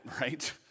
right